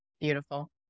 Beautiful